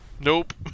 Nope